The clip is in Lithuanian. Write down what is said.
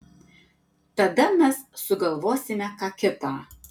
tada mes sugalvosime ką kita